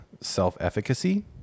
self-efficacy